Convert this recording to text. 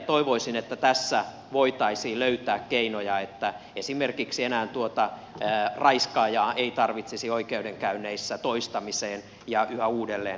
toivoisin että tässä voitaisiin löytää keinoja että esimerkiksi enää tuota raiskaajaa ei tarvitsisi oikeudenkäynneissä toistamiseen ja yhä uudelleen tavata